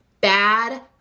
bad